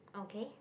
okay